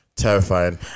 terrifying